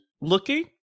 looking